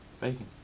bacon